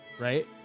right